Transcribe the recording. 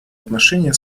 отношения